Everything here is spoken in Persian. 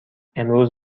امروز